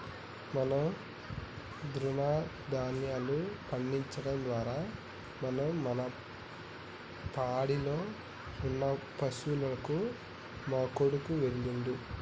మనం తృణదాన్యాలు పండించడం ద్వారా మనం మన పాడిలో ఉన్న పశువులకు మా కొడుకు వెళ్ళాడు